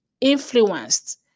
influenced